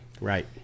Right